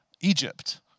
Egypt